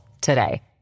today